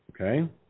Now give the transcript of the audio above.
Okay